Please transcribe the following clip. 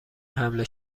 حمله